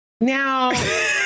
Now